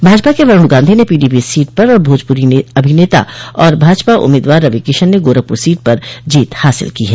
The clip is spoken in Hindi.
भाजपा के वरूण गांधी ने पीलीभीत सीट पर और भाजपुरी अभिनेता और भाजपा उम्मीदवार रविकिशन ने गोरखपुर सीट पर जीत हासिल की है